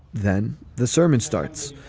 then the sermon starts.